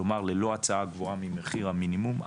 כלומר ללא הצעה גבוהה ממחיר המינימום,